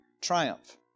triumph